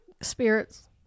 spirits